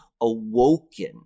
awoken